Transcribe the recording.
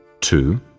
Two